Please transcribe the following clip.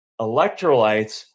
Electrolytes